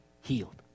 healed